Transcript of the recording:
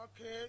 Okay